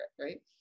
right